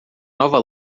nova